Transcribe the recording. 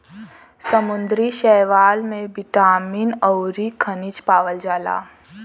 समुंदरी शैवाल में बिटामिन अउरी खनिज पावल जाला